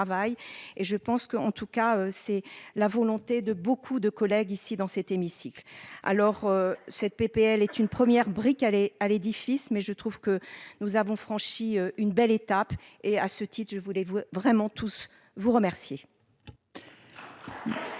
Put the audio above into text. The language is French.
tout cas, c'est la volonté de beaucoup de collègues ici dans cet hémicycle. Alors cette PPL est une première brique allait à l'édifice. Mais je trouve que nous avons franchi une belle étape et à ce titre, je voulais vous vraiment tous vous remercier.